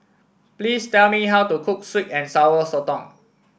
please tell me how to cook sweet and Sour Sotong